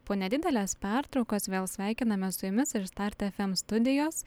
po nedidelės pertraukos vėl sveikinamės su jumis iš start ef em studijos